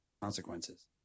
consequences